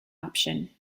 option